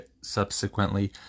subsequently